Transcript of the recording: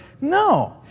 No